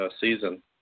season